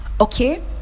okay